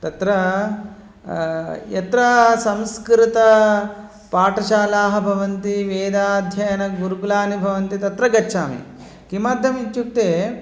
तत्र यत्र संस्कृतपाठशालाः भवन्ति वेदाध्ययनगुरुकुलानि भवन्ति तत्र गच्छामि किमर्थम् इत्युक्ते